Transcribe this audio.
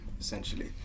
essentially